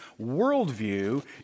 worldview